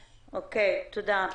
תודה.